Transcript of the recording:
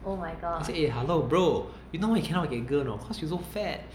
I say eh hello bro~ you know why you cannot girl a not cause you so fat